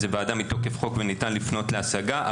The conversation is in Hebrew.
זה ועדה מתוקף חוק וניתן לפנות להשגה,